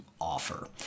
offer